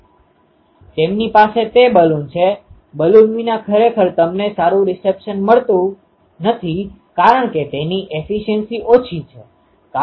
તેથી માની લો કે મારી પાસે આ N સંખ્યાના રેડિએટર્સ છે બધા સમાન રેડિએટર્સ પરંતુ કો ઓર્ડીનેટ સીસ્ટમcoordinate systemસંકલન પ્રણાલીથી જુદા જુદા અંતર પર ઉપલબ્ધ છે અને હું દૂરના ક્ષેત્રને જોઈ રહ્યો છું